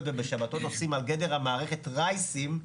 ובשבתות עושים על גדר המערכת רייסים,